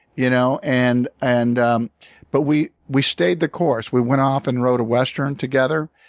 you know and and um but we we stayed the course. we went off and wrote a western together.